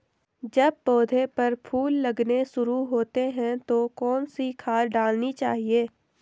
जब पौधें पर फूल लगने शुरू होते हैं तो कौन सी खाद डालनी चाहिए?